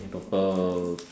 purple